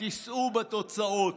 תישאו בתוצאות,